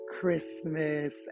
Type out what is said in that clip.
Christmas